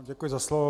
Děkuji za slovo.